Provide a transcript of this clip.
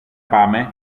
πάμε